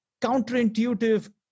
counterintuitive